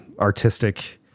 artistic